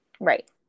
Right